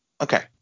Okay